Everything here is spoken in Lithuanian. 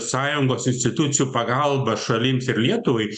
sąjungos institucijų pagalba šalims ir lietuvai